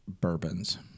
bourbons